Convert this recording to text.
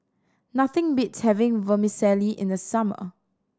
nothing beats having Vermicelli in the summer